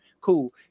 Cool